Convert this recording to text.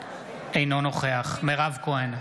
אינו נוכח מירב כהן,